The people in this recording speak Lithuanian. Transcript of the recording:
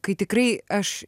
kai tikrai aš